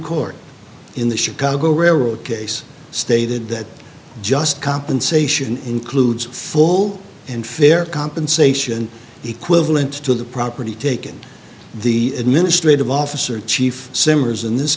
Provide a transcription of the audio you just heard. court in the chicago railroad case stated that just compensation includes full and fair compensation equivalent to the property taken the administrative officer chief